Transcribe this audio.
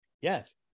Yes